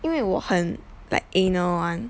因为我很 like anal [one]